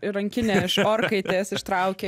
rankinę iš orkaitės ištraukė